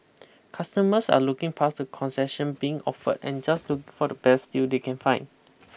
customers are looking past the concession being offered and just looking for the best deal they can find